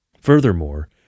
Furthermore